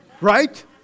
Right